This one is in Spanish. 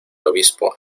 obispo